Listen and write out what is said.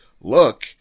look